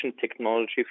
technology